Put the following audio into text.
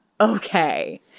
Okay